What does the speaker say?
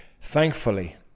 Thankfully